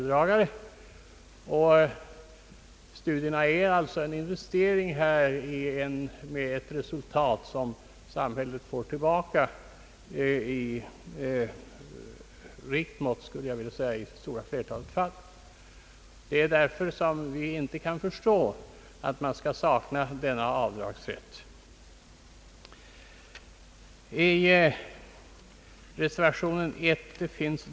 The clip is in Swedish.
Studierna är med andra ord en investering med ett resultat, som samhället får tillbaka i rikt mått i det stora flertalet fall. Det är därför som vi inte kan förstå att denna avdragsform inte tillåtes.